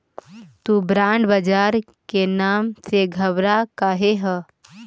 तु बॉन्ड बाजार के नाम से घबरा काहे ह?